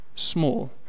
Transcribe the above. Small